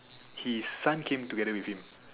his son came together with him